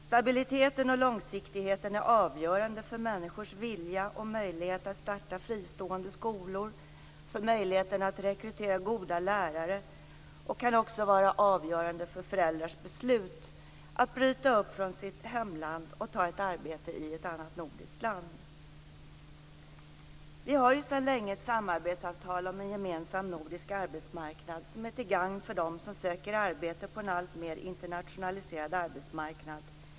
Stabiliteten och långsiktigheten är avgörande för människors vilja och möjlighet att starta fristående skolor, för möjligheten att rekrytera goda lärare och kan också vara avgörande för föräldrars beslut att bryta upp från sitt hemland och ta ett arbete i ett annat nordiskt land. Vi har ju sedan länge ett samarbetsavtal om en gemensam nordisk arbetsmarknad som är till gagn för dem som söker arbete på en alltmer internationaliserad arbetsmarknad.